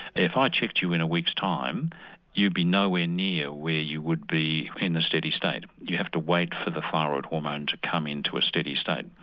if i checked you in a week's time you'd be nowhere near where you would be in the steady state, you have to wait for the thyroid hormone to come into a steady state.